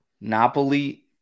Napoli